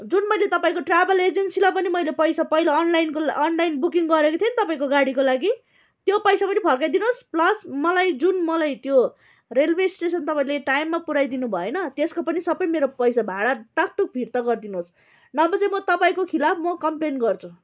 जुन मैले तपाईँको ट्राभल एजेन्सीलाई पनि मैले पैसा पहिला अनलाइनको अनलाइन बुकिङ गरेको थिएँ नि तपाईँको गाडीको लागि त्यो पैसा पनि फर्काइदिनुहोस् प्लस मलाई जुन मलाई त्यो रेलवे स्टेसन तपाईँले टाइममा पुऱ्याइदिनु भएन त्यसको पनि सबै मेरो पैसा भाडा टाकटुक फिर्ता गरिदिनुस् नभए चाहिँ म तपाईँको खिलाफ म कम्प्लेन गर्छु